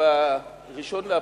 שב-1 באפריל,